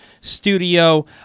Studio